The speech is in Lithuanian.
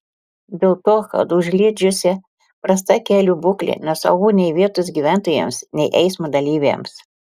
dėl to kad užliedžiuose prasta kelių būklė nesaugu nei vietos gyventojams nei eismo dalyviams